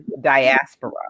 diaspora